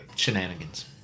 shenanigans